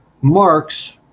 Marx